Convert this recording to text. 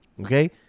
okay